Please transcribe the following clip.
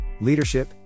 leadership